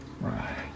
right